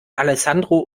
alessandro